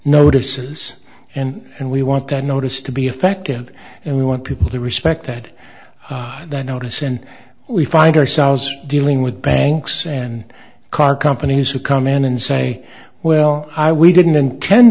notices and and we want that notice to be effective and we want people to respect that that notice and we find ourselves dealing with banks and car companies who come in and say well i we didn't intend